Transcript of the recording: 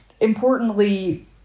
importantly